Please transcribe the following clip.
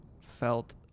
felt